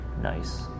Nice